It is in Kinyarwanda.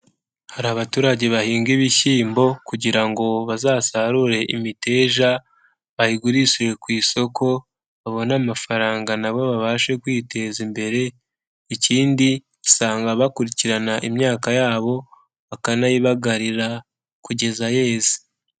Hari abaturage bahinga ibishyimbo kugira ngo bazasarure imiteja, bayigurishije ku isoko, babone amafaranga nabo babashe kwiteza imbere, ikindi usanga bakurikirana imyaka yabo, bakanayibagarira kugeza yeze.